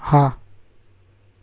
હા